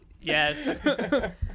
Yes